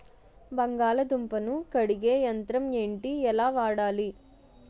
బంగాళదుంప ను కడిగే యంత్రం ఏంటి? ఎలా వాడాలి?